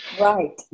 Right